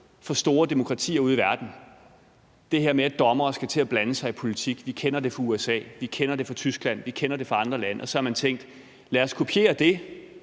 fra store demokratier ude i verden, altså det her med, at dommere skal til at blande sig i politik. Vi kender det fra USA; vi kender det fra Tyskland; vi kender det fra andre lande. Så har man tænkt: Lad os kopiere det